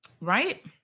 Right